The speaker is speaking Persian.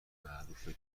معروفه